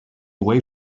away